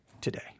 today